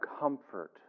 comfort